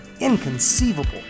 inconceivable